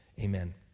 amen